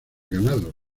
ganado